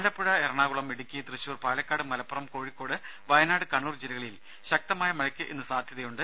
ആലപ്പുഴ എറണാകുളം ഇടുക്കി തൃശൂർ പാലക്കാട് മലപ്പുറം കോഴിക്കോട് വയനാട് കണ്ണൂർ ജില്ലകളിൽ ശക്തമായ മഴയ്ക്ക് ഇന്ന് സാധ്യതയുണ്ട്